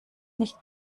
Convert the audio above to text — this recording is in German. nicht